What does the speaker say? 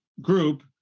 group